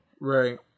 Right